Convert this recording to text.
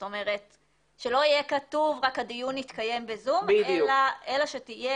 שלא יהיה כתוב רק שהדיון יתקיים ב-זום אלא שתהיה